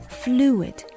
fluid